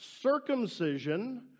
circumcision